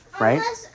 right